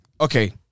okay